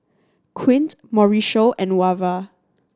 Quint Mauricio and Wava